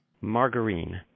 Margarine